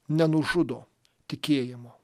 nenužudo tikėjimo